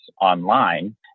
online